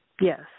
Yes